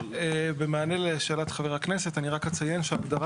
במענה לשאלת חברי הכנסת אני רק אציין שהגדרת